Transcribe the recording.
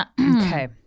okay